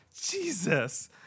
Jesus